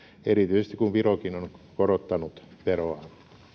erityisesti kun virokin on korottanut veroa